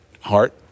heart